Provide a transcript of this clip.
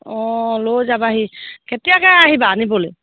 অঁ লৈ যাবাহি কেতিয়াকৈ আহিবা নিবলৈ